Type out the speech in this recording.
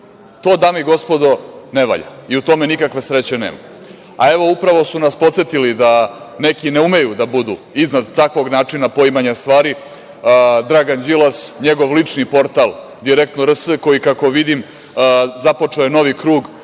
To dame i gospodo ne valja i u tome nikakve sreće nema. Evo, upravo su nas podsetili da neki ne umeju da budu iznad takvog načina poimanja stvari, Dragan Đilas, njegov lični portal „direktno.rs“ kako vidim, započeo je novi krug